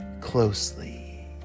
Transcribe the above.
closely